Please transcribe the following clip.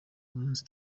umunsi